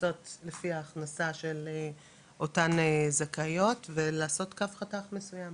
לעשות לפי ההכנסה של אותן זכאיות ולעשות קו חתך מסוים,